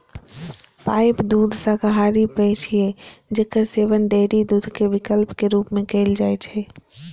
pipe दूध शाकाहारी पेय छियै, जेकर सेवन डेयरी दूधक विकल्प के रूप मे कैल जाइ छै